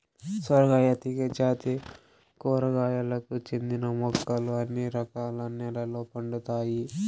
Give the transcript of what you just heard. సొరకాయ తీగ జాతి కూరగాయలకు చెందిన మొక్కలు అన్ని రకాల నెలల్లో పండుతాయి